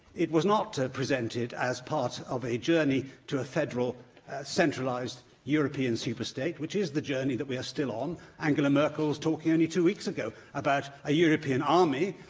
it was not presented presented as part of a journey to a federal centralised european superstate, which is the journey that we are still on. angela merkel was talking only two weeks ago about a european army,